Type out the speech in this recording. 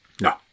No